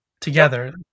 together